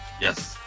Yes